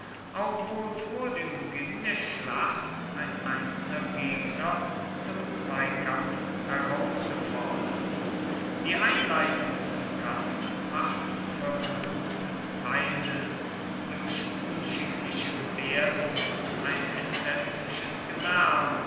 auch wohl vor dem beginn der schlacht ein einzelner gegner zum zweikampf herausgefordert die einleitung zum kampf machten verhöhnungen des feindes durch unschickliche gebärden und ein entsetzliches